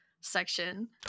Section